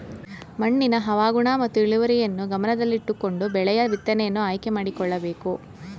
ಮಣ್ಣಿನ ಹವಾಗುಣ ಮತ್ತು ಇಳುವರಿಯನ್ನು ಗಮನದಲ್ಲಿಟ್ಟುಕೊಂಡು ಬೆಳೆಯ ಬಿತ್ತನೆಯನ್ನು ಆಯ್ಕೆ ಮಾಡಿಕೊಳ್ಳಬೇಕು